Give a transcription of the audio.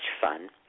fun